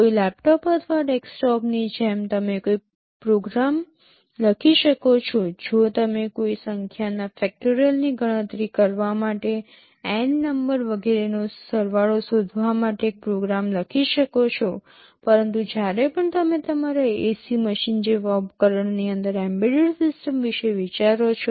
કોઈ લેપટોપ અથવા ડેસ્કટોપની જેમ તમે કોઈ પ્રોગ્રામ લખી શકો છો જોવો તમે કોઈ સંખ્યાના ફેકટોરીયલ ની ગણતરી કરવા માટે n નંબર વગેરેનો સરવાળો શોધવા માટે એક પ્રોગ્રામ લખી શકો છો પરંતુ જ્યારે પણ તમે તમારા એસી મશીન જેવા ઉપકરણની અંદર એમ્બેડેડ સિસ્ટમ વિશે વિચારો છો